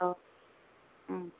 औ उम